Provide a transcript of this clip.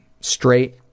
straight